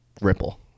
Ripple